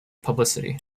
publicity